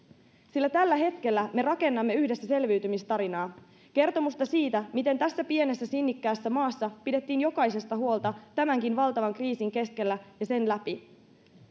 sillä tällä hetkellä me rakennamme yhdessä selviytymistarinaa kertomusta siitä miten tässä pienessä sinnikkäässä maassa pidettiin jokaisesta huolta tämänkin valtavan kriisin keskellä ja sen läpi